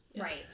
right